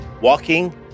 Walking